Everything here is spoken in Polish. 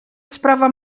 sprawa